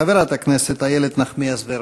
חברת הכנסת איילת נחמיאס ורבין.